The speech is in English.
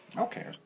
Okay